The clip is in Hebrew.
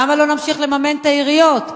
למה לא נמשיך לממן את העיריות?